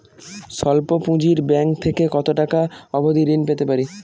স্বল্প পুঁজির ব্যাংক থেকে কত টাকা অবধি ঋণ পেতে পারি?